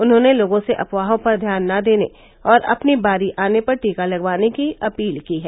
उन्होंने लोगों से अफवाहों पर ध्यान न देने और अपनी बारी आने पर टीका लगवाने की अपील की है